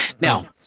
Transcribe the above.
Now